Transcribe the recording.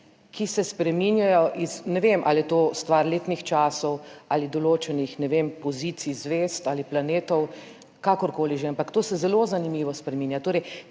ki se spreminjajo iz, ne vem, ali je to stvar letnih časov ali določenih, ne vem, pozicij zvezd ali planetov, kakorkoli že, ampak to se zelo zanimivo spreminja.